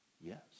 Yes